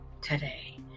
today